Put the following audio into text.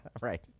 Right